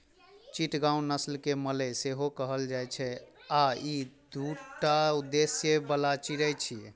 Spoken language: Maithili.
चिटगांव नस्ल कें मलय सेहो कहल जाइ छै आ ई दूटा उद्देश्य बला चिड़ै छियै